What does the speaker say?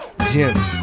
Jim